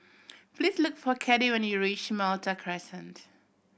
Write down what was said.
please look for Kathy when you reach Malta Crescent